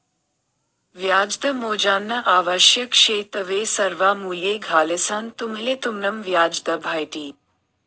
व्याजदर मोजानं आवश्यक शे तवय सर्वा मूल्ये घालिसंन तुम्हले तुमनं व्याजदर भेटी